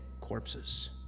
corpses